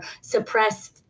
suppress